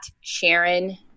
Sharon